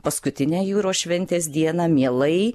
paskutinę jūros šventės dieną mielai